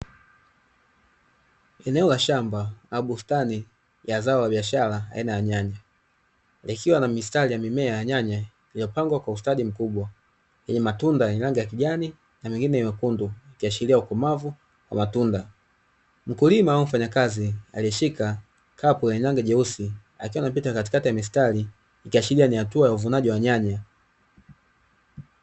Eneo la shamba au bustani ya zao la biashara aina ya nyanya likiwa na mistari ya mimea ya nyanya iliyopangwa kwa ustadi mkubwa yenye matunda ya rangi ya kijani na mengine mekundu ikiashiria ukomavu wa matunda. Mkulima au mfanyakazi aliyeshika kapu lenye rangi nyeusi akiwa anapita katikati ya mistari ikiashiria ni hatua ya uvunaji wa nyanya.